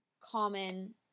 common